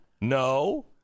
no